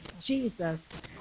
Jesus